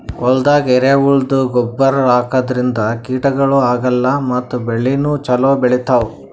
ಹೊಲ್ದಾಗ ಎರೆಹುಳದ್ದು ಗೊಬ್ಬರ್ ಹಾಕದ್ರಿನ್ದ ಕೀಟಗಳು ಆಗಲ್ಲ ಮತ್ತ್ ಬೆಳಿನೂ ಛಲೋ ಬೆಳಿತಾವ್